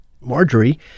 Marjorie